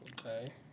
okay